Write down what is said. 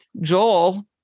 Joel